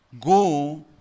go